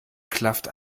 klafft